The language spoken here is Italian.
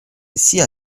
sia